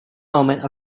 moment